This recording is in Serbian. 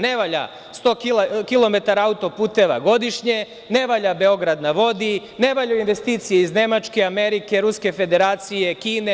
Ne valja 100 kilometara autoputeva godišnje, ne valja Beograd na vodi, ne valjaju investicije iz Nemačke, Amerike, Ruske Federacije, Kine.